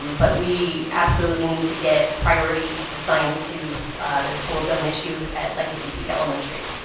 but we absolutely need to get priority assigned to the school zone issue at legacy peak elementary.